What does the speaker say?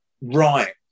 Right